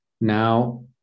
Now